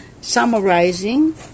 summarizing